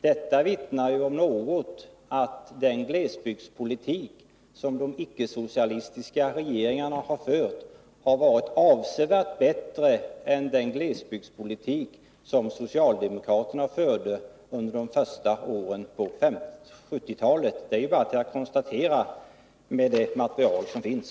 Detta vittnar, om något, om att den glesbygdspolitik som de ickesocialistiska regeringarna har fört har varit avsevärt bättre än den glesbygdspolitik som socialdemokraterna förde under de första åren på 1970-talet. Det är bara att konstatera detta med det statistiska material som finns.